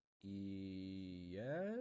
Yes